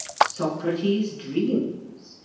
socrates dreams,